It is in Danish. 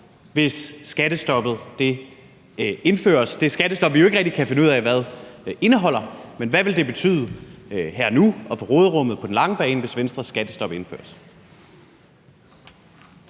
hvis skattestoppet indføres, det skattestop, som vi jo ikke rigtig kan finde ud af hvad indeholder? Men hvad vil det betyde her og nu og for råderummet på den lange bane, hvis Venstres skattestop indføres?